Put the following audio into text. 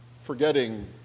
forgetting